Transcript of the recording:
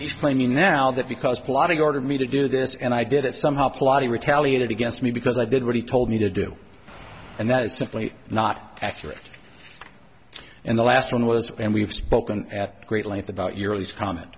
he's claiming now that because plotting ordered me to do this and i did it somehow plotting retaliated against me because i did what he told me to do and that is simply not accurate and the last one was and we have spoken at great length about your comment